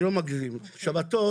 שמעתי קודם